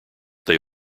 they